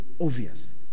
obvious